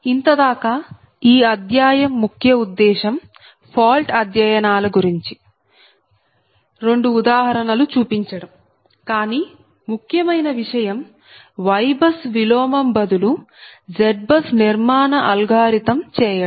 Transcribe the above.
ఇంత దాకా ఈ అధ్యాయం ముఖ్య ఉద్దేశం ఫాల్ట్ అధ్యయనాల గురించి రెండు ఉదాహరణలు చూపించడం కానీ ముఖ్యమైన విషయం YBUS విలోమం బదులు ZBUS నిర్మాణ అల్గోరిథం చేయడం